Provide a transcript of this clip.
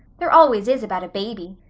there always is about a baby.